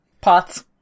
Pots